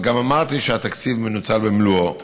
גם אמרתי שהתקציב מנוצל במלואו.